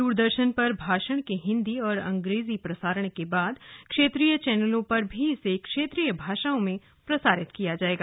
दूरदर्शन पर भाषण के हिंदी और अंग्रेजी प्रसारण के बाद क्षेत्रीय चैनलों पर भी इसे क्षेत्रीय भाषाओं में प्रसारित किया जाएगा